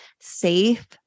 safe